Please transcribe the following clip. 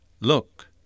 Look